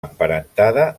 emparentada